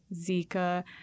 Zika